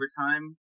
overtime